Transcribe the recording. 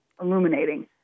illuminating